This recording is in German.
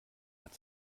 hat